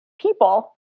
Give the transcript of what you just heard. people